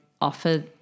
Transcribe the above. offer